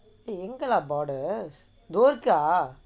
எங்கே:engae lah borders போச்சா:pochaa